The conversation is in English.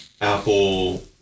Apple